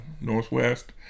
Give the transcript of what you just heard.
Northwest